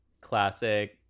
classic